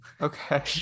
okay